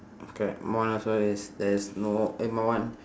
okay mine also it's there is no eh my one